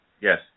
Yes